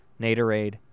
Naderade